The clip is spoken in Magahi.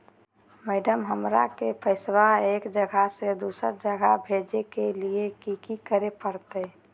मैडम, हमरा के पैसा एक जगह से दुसर जगह भेजे के लिए की की करे परते?